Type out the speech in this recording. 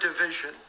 division